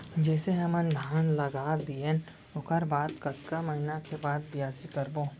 जइसे हमन धान लगा दिएन ओकर बाद कतका महिना के बाद बियासी करबो?